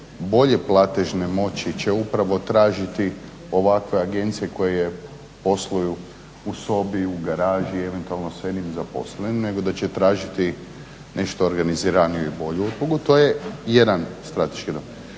bolje platežne moći će upravo tražiti ovakve agencije koje posluju u sobi, u garaži eventualno s jednim zaposlenim nego da će tražiti nešto organiziraniju i bolju … to je jedan strateški